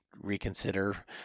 reconsider